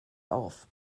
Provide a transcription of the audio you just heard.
auf